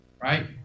Right